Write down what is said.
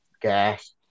gas